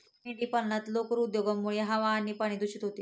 मेंढीपालनात लोकर उद्योगामुळे हवा आणि पाणी दूषित होते